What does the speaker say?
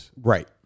Right